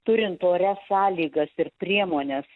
turint orias sąlygas ir priemones